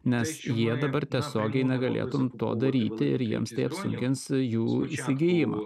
nes jie dabar tiesiogiai negalėtum to daryti ir jiems tai apsunkins jų įsigijimą